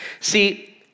See